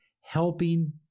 helping